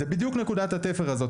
זו בדיוק נקודת התפר הזאת,